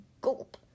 Gulp